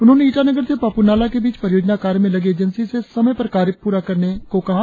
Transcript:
उन्होंने ईटानगर से पापू नालाह के बीच परियोजना कार्य में लगी एजेंसी से समय पर कार्य प्ररा करने के निर्देश दिए